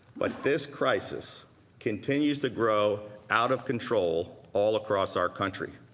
but this crisis continues to grow out of control all across our country.